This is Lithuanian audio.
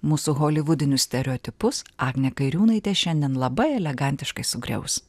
mūsų holivudinius stereotipus agnė kairiūnaitė šiandien labai elegantiškai sugriaus